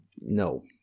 No